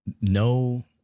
no